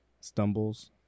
stumbles